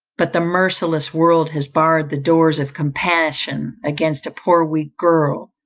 but the merciless world has barred the doors of compassion against a poor weak girl,